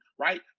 right